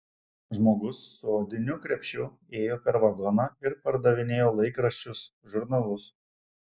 žmogus su odiniu krepšiu ėjo per vagoną ir pardavinėjo laikraščius žurnalus